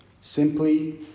simply